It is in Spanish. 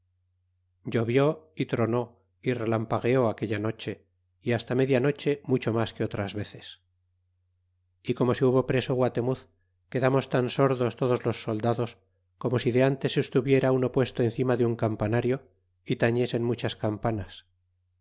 llovió y tronó y relampagueó aquella noche y hasta media noche mucho mas que otras veces y como se hubo preso guatemuz quedamos tan sordos todos los soldados como si de ntes estuviera uno puesto encima de un campanario y tañesen muchas campanas